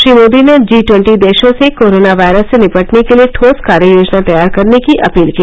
श्री मोदी ने G twenty देशों से कोरोना वायरस से निपटर्न के लिए ठोस कार्य योजना तैयार करने की अपील की